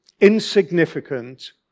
insignificant